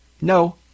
No